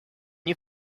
you